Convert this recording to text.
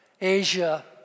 Asia